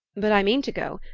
but i mean to go.